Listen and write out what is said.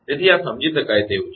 તેથી આ સમજી શકાય તેવું છે